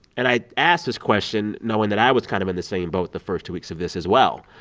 and i ask this question knowing that i was kind of in the same boat the first two weeks of this as well.